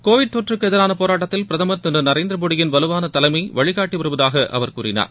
Covid தொற்றுக்கு எதிரான போராட்டத்தில் பிரதமர் திரு நரேந்திர மோடியின் வலுவான தலைமை வழிகாட்டி வருவதாக அவர் கூறினார்